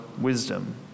wisdom